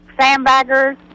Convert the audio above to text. sandbaggers